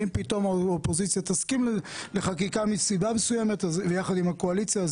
אם פתאום האופוזיציה תסכים לחקיקה מסיבה מסוימת ביחד עם הקואליציה,